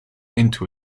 into